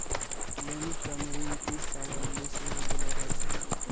लेनिक टर्म ऋण तीस सालो लेली सेहो देलो जाय छै